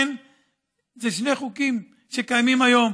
אלה שני חוקים שקיימים היום,